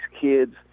kids